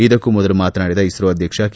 ಇದಕ್ಕೂ ಮೊದಲು ಮಾತನಾಡಿದ ಇಸ್ರೋ ಅಧ್ಲಕ್ಷ ಕೆ